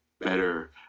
better